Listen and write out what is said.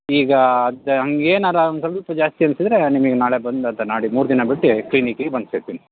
ಈಗ ಅದು ಹಂಗ್ ಏನಾರ ಒಂದು ಸ್ವಲ್ಪ ಜಾಸ್ತಿ ಅನ್ಸಿದರೆ ನಿಮಗ್ ನಾಳೆ ಬಂದು ಅದು ನಾಡಿದ್ದು ಮೂರು ದಿನ ಬಿಟ್ಟಿ ಕ್ಲಿನಿಕ್ಕಿಗೆ ಬಂದು ಸಿಕ್ತಿನಿ